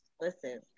listen